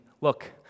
Look